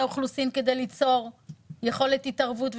האוכלוסין כדי ליצור יכולת התערבות ושמירה?